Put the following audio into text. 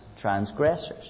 transgressors